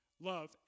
Love